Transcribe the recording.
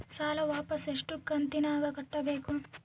ಸಾಲ ವಾಪಸ್ ಎಷ್ಟು ಕಂತಿನ್ಯಾಗ ಕಟ್ಟಬೇಕು?